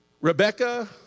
Rebecca